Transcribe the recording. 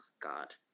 god